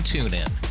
TuneIn